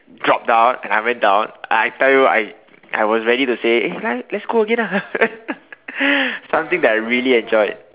dropped down and I went down I tell you I I was ready to say eh 来 let's go again lah something that I really enjoyed